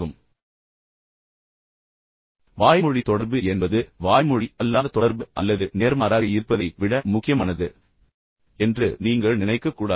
எனவே அந்த விஷயங்கள் முக்கியமானதாக இருக்கும் வாய்மொழி தொடர்பு என்பது வாய்மொழி அல்லாத தொடர்பு அல்லது நேர்மாறாக இருப்பதை விட முக்கியமானது என்று நீங்கள் நினைக்கக்கூடாது